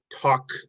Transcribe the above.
talk